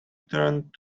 turned